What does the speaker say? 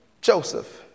Joseph